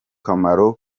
kamaro